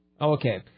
Okay